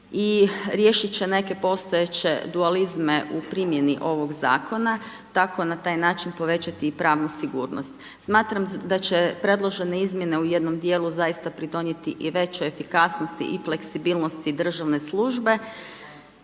i riješiti će neke postojeće dualizme u primjeni ovog zakona, tako na taj način povećati pravnu sigurnost. Smatram da će predložene izmjene u jednom dijelu zaista pridonijeti i veće efikasnosti i fleksibilnosti državne službe.